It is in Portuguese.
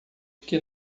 que